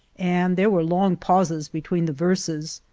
and there were long pauses be tween the verses.